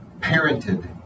parented